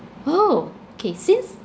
oh K since